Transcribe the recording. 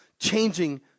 changing